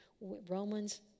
Romans